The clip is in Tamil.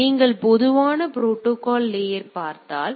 எனவே நீங்கள் பொதுவான ப்ரோடோகால் லேயர் பார்த்தால்